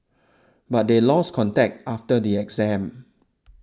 but they lost contact after the exam